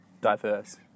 Diverse